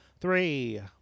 Three